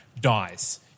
dies